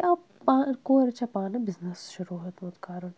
یا پا کورِ چھ پانے بِزنِس شروٗع ہیوٚتمُت کَرُن